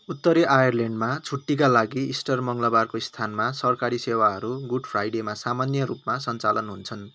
उत्तरी आयरल्यान्डमा छुट्टीका लागि इस्टर मङ्गलबारको स्थानमा सरकारी सेवाहरू गुड फ्राइडेमा सामान्य रूपमा सञ्चालन हुन्छन्